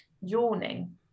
yawning